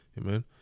Amen